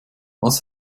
was